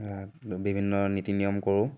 বিভিন্ন নীতি নিয়ম কৰোঁ